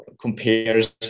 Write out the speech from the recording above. compares